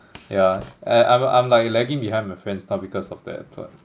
yeah uh I'm I'm like lagging behind my friends now because of the effort